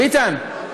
ביטן,